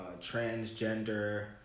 transgender